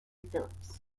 phillips